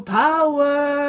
power